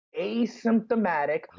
asymptomatic